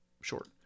short